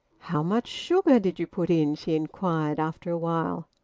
how much sugar did you put in? she inquired after a while.